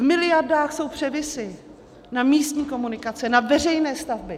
V miliardách jsou převisy na místní komunikace, na veřejné stavby.